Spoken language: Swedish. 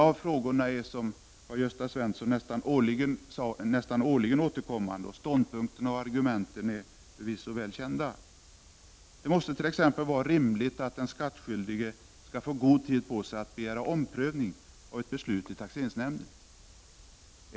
Som Karl-Gösta Svenson sade återkommer många av frågorna nästan varje år, och ståndpunkterna och argumenten är förvisso väl kända. Det måste t.ex. vara rimligt att den skattskyldige får god tid på sig att begära omprövning av ett beslut av taxeringsnämnden.